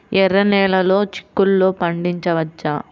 ఎర్ర నెలలో చిక్కుల్లో పండించవచ్చా?